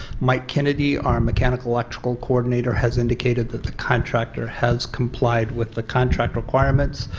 mike kennedy are mechanical electrical correlator has indicated that the contractor has complied with the contract requirements,